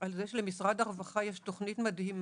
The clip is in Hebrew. על זה שלמשרד הרווחה יש תוכנית מדהימה,